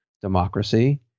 democracy